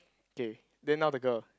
okay then now the girl